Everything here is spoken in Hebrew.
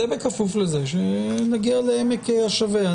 זה בכפוף לכך שנגיע לעמק השווה.